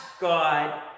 God